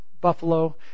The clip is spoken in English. buffalo